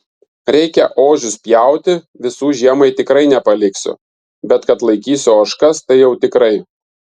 reikia ožius pjauti visų žiemai tikrai nepaliksiu bet kad laikysiu ožkas tai jau tikrai